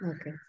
Okay